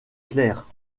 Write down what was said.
clair